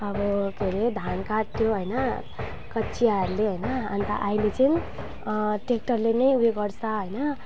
अब के अरे धान काट्यो होइन कचियाहरूले होइन अन्त अहिले चाहिँ ट्रेक्टरले नै ऊ यो गर्छ होइन